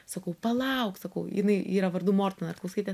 sakau palauk sakau jinai yra vardu morta narkauskaitė